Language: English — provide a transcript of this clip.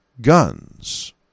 guns